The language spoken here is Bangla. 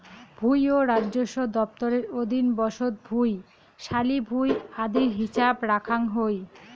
ভুঁই ও রাজস্ব দফতরের অধীন বসত ভুঁই, শালি ভুঁই আদির হিছাব রাখাং হই